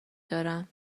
دارم